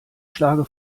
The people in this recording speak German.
schlage